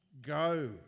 Go